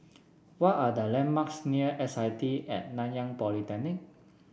what are the landmarks near S I T At Nanyang Polytechnic